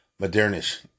modernish